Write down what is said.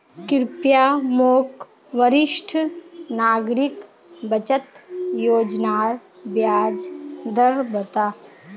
कृप्या मोक वरिष्ठ नागरिक बचत योज्नार ब्याज दर बता